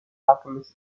alchemist